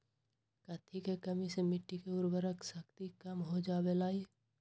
कथी के कमी से मिट्टी के उर्वरक शक्ति कम हो जावेलाई?